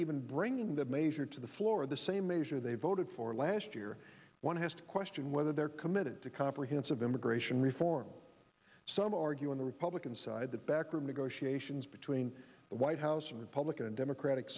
even bringing the measure to the floor the same measure they voted for last year one has to question whether they're committed to comprehensive immigration reform some argue on the republican side the backroom negotiations between the white house and republican and democratic